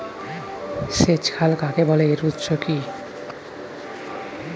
সেচ খাল কাকে বলে এর উৎস কি?